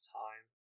time